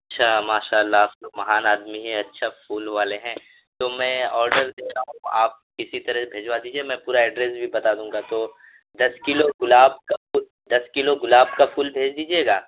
اچھا ماشاء اللہ آپ تو مہان آدمی ہیں اچھا پھول والے ہیں تو میں آڈر دے رہا ہوں آپ کسی طرح بھجوا دیجیے میں پورا ایڈریس بھی بتا دوں گا تو دس کلو گلاب دس کلو گلاب کا پھول بھیج دیجیے گا